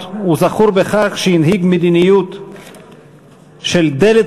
החקלאות הוא זכור בכך שהנהיג מדיניות של דלת